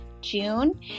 June